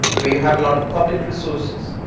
where you have a lot of public resources!